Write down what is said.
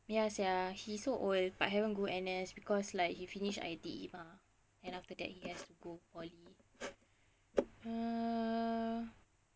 ya sia he so old but haven't go N_S because like he finish I_T_E mah and after that he has to go poly err